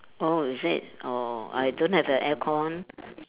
oh is it oh I don't have the aircon